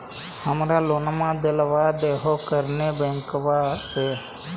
हमरा लोनवा देलवा देहो करने बैंकवा से?